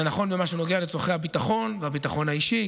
זה נכון במה שנוגע לצורכי הביטחון והביטחון האישי,